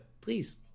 Please